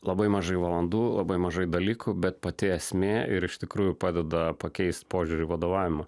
labai mažai valandų labai mažai dalykų bet pati esmė ir iš tikrųjų padeda pakeist požiūrį vadovavimą